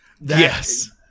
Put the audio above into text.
yes